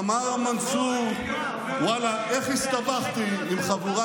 אמר מנסור, אבל מה אמרתי,